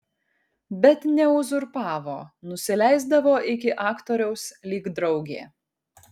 bet neuzurpavo nusileisdavo iki aktoriaus lyg draugė